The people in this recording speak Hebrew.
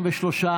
43,